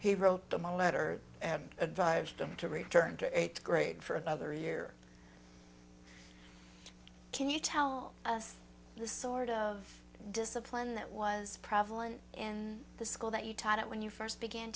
he wrote them a letter and advised them to return to eighth grade for another year can you tell us the sort of discipline that was probably in the school that you taught it when you first began